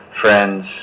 friends